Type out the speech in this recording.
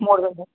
ಮೂರು ದಿನ